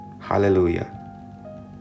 Hallelujah